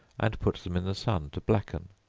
and put them in the sun to blacken,